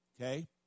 okay